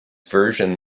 version